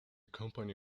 company